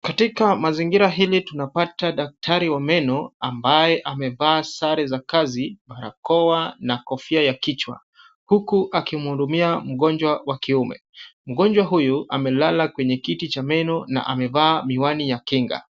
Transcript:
Katika mazingira hili tunapata daktari wa meno ambaye amevaa sare za kazi barakoa na kofia ya kichwa, huku akimhudumia mgonjwa wa kiume. Mgonjwa huyu amelala kwenye kiti cha meno na amevaa miwani ya kinga.